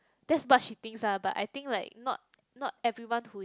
that's what she thinks ah but I think like not not everyone who is